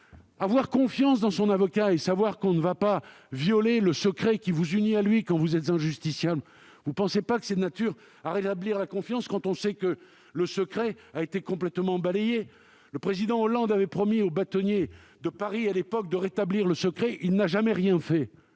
d'avoir confiance dans son avocat, de savoir qu'on ne va pas violer le secret qui vous unit à lui quand vous êtes un justiciable. Ne pensez-vous pas que c'est de nature à rétablir la confiance, quand on sait que le secret a été complètement balayé ? Le président Hollande avait promis au bâtonnier de Paris, à l'époque, de rétablir le secret : il n'a jamais rien fait